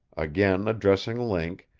again addressing link,